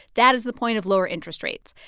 that is the point of lower interest rates.